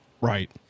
Right